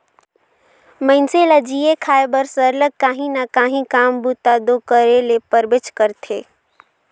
मइनसे ल जीए खाए बर सरलग काहीं ना काहीं काम बूता दो करे ले परबेच करथे